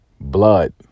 blood